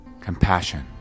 Compassion